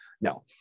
No